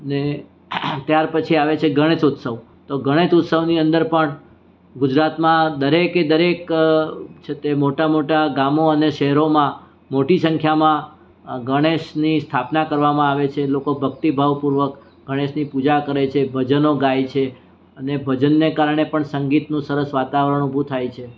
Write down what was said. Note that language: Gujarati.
ને ત્યાર પછી આવે છે ગણેશ ઉત્સવ તો ગણેશ ઉત્સવની અંદર પણ ગુજરાતમાં દરેકે દરેક છે તે મોટા મોટા ગામો અને શહેરોમાં મોટી સંખ્યામાં ગણેશની સ્થાપના કરવામાં આવે છે લોકો ભક્તિભાવ પૂર્વક ગણેશની પૂજા કરે છે ભજનો ગાય છે અને ભજનને કારણે પણ સંગીતનું સરસ વાતાવરણ ઉભું થાય છે